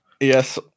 Yes